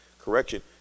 correction